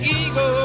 ego